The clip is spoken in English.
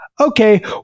okay